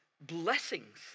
blessings